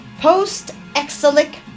post-exilic